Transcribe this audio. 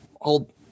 hold